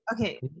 Okay